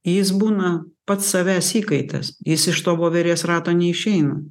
jis būna pats savęs įkaitas jis iš to voverės rato neišeina